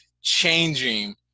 changing